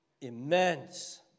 Immense